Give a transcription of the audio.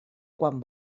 quan